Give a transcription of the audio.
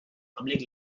public